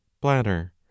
bladder